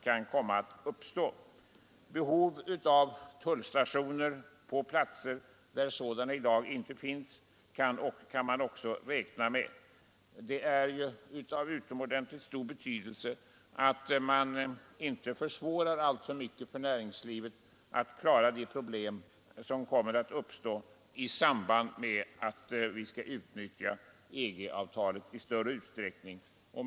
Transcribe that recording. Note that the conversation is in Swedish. Man kan också räkna med att behov kommer att uppstå av tullstationer på platser, där sådana i dag inte finns. Det är ju av utomordentligt stor betydelse att man inte alltför mycket försvårar för näringslivet att klara de problem som kommer att uppstå i samband med att verkningarna av EG-avtalet i större utsträckning gör sig gällande.